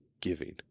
giving